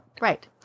Right